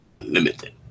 Limited